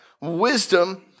Wisdom